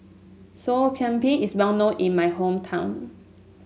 Sop Kambing is well known in my hometown